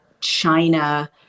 China